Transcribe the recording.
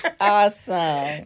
awesome